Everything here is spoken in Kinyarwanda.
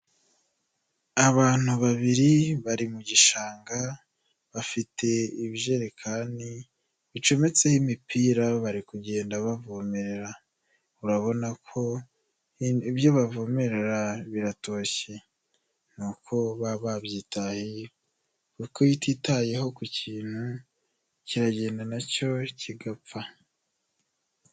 Abantu babiri bari mu gishanga, bafite ibijerekani bicometseho imipira bari kugenda bavomerera, urabona ko ibyo bavomerera biratoshye n'uko baba babyitaye kuko iyo utitayeho ku kintu, kiragenda nacyo kigapfa.